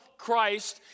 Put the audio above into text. Christ